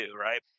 Right